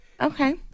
Okay